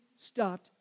stopped